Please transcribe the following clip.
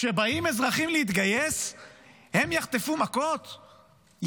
כשבאים אזרחים להתגייס הם יחטפו מכות,